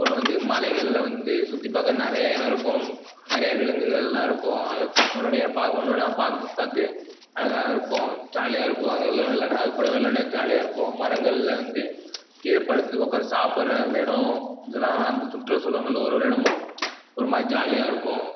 அப்புறம் வந்து மலைகளில் வந்து சுற்றிப் பார்க்க நிறைய இடம் இருக்கும் நிறைய விலங்குகள்லாம் இருக்கும் அது ஒன்னுன்னேயா பாக் ஒன்னொன்னா பார்க்க பாத்து அழகாக இருக்கும் ஜாலியாக இருக்கும் அதுங்களை விளையாட அது கூட விளையாட ஜாலியாக இருக்கும் மரங்களில் வந்து கீழே படுத்து உட்காந்து சாப்புடுற அந்த இடம் இதுலாம் அந்த சுற்றுச்சூழங்க ஒவ்வொரு இடமும் ஒரு மாதிரி ஜாலியாக இருக்கும்